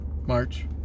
March